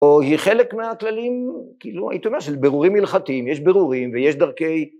או היא חלק מהכללים כאילו העיתונא של ברורים מלכתיים יש ברורים ויש דרכי